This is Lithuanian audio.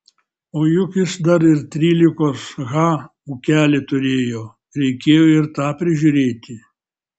o juk jis dar ir trylikos ha ūkelį turėjo reikėjo ir tą prižiūrėti